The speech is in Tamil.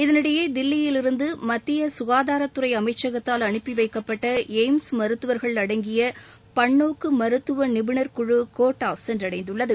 இதனிடையே தில்லியிலிருந்து மத்திய சுகாதாரத் துறை அமைச்சகத்தால் அனுப்பி வைக்கப்பட்ட எய்ம்ஸ் மருத்துவர்கள் அடங்கிய பன்னோக்கு மருத்துவ நிபுணர் குழு கோட்டா சென்றடைந்துள்ளது